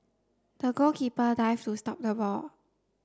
the goalkeeper dived to stop the ball